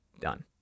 done